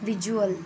visual